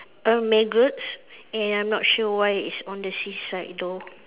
uh maggots and I'm not sure why it's on the seaside though